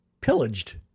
pillaged